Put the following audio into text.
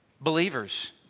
believers